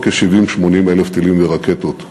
70,000 80,000 טילים ורקטות סביבנו.